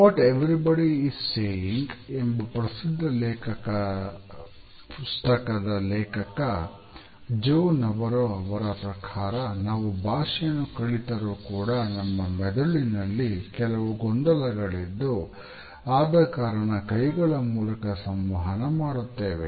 what everybody is saying ಅವರ ಪ್ರಕಾರ ನಾವು ಭಾಷೆಯನ್ನು ಕಲಿತರು ಕೂಡ ನಮ್ಮ ಮೆದುಳಿನಲ್ಲಿ ಕೆಲವು ಗೊಂದಲಗಳಿದ್ದು ಆದಕಾರಣ ಕೈಗಳ ಮೂಲಕ ಸಂವಹನ ಮಾಡುತ್ತೇವೆ